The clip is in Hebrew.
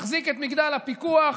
מחזיק את מגדל הפיקוח,